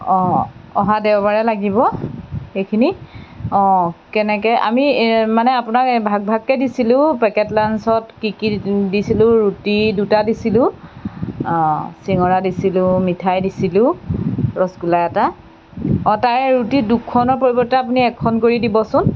অঁ অহা দেওবাৰে লাগিব সেইখিনি অঁ কেনেকৈ আমি মানে আপোনাক ভাগ ভাগকৈ দিছিলোঁ পেকেট লাঞ্চত কি কি দিছিলোঁ ৰুটি দুটা দিছিলোঁ অঁ শিঙৰা দিছিলোঁ মিঠাই দিছিলোঁ ৰসগোল্লা এটা অঁ তাৰে ৰুটি দুখনৰ পৰিৱৰ্তে আপুনি এখন কৰি দিবচোন